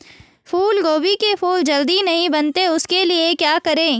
फूलगोभी के फूल जल्दी नहीं बनते उसके लिए क्या करें?